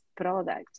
product